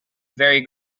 very